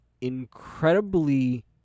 incredibly